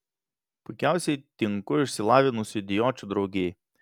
puikiausiai tinku išsilavinusių idiočių draugijai